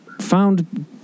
found